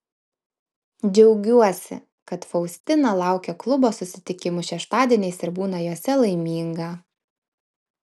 džiaugiuosi kad faustina laukia klubo susitikimų šeštadieniais ir būna juose laiminga